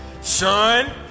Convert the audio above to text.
Son